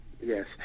Yes